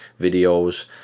videos